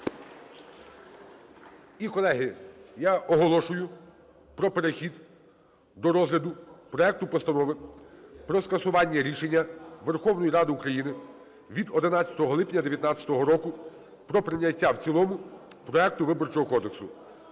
І, колеги, я оголошую про перехід до розгляду проекту Постанови про скасування рішення Верховної Ради України від 11 липня 19-го року про прийняття в цілому проекту Виборчого кодексу.